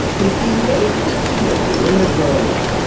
if you made the teenager, when they're growing up,